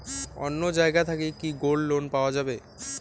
অন্য জায়গা থাকি কি গোল্ড লোন পাওয়া যাবে?